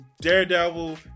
Daredevil